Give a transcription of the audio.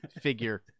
Figure